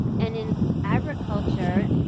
and in agriculture,